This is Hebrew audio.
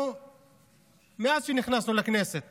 מאז שנכנסנו לכנסת